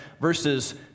verses